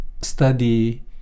study